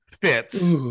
fits